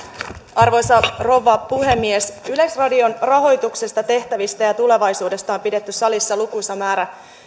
arvoisa rouva puhemies yleisradion rahoituksesta tehtävistä ja tulevaisuudesta on pidetty salissa lukuisa määrä